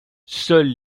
seuls